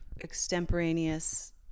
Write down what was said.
extemporaneous